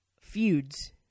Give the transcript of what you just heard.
feuds